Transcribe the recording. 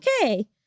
okay